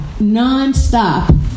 nonstop